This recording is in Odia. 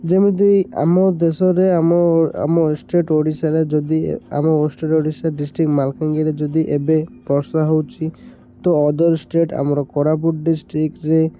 ଯେମିତି ଆମ ଦେଶରେ ଆମ ଆମ ଷ୍ଟେଟ୍ ଓଡ଼ିଶାରେ ଯଦି ଆମ ଷ୍ଟେଟ୍ ଓଡ଼ିଶା ଡିଷ୍ଟ୍ରିକ୍ଟ ମାଲକାନଗିରି ଯଦି ଏବେ ବର୍ଷା ହେଉଛି ତ ଅଦର୍ ଷ୍ଟେଟ୍ ଆମର କୋରାପୁଟ ଡିଷ୍ଟ୍ରିକ୍ଟ୍ରେ